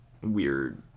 weird